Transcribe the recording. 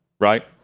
right